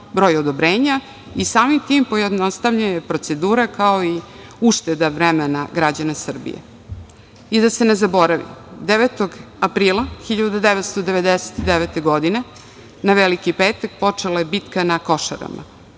broj odobrenja i samim tim pojednostavljanje procedura, kao i ušteda vremena građana Srbije.I da se ne zaboravi, 9. aprila 1999. godine, na Veliki petak, počela je bitka na Košarama,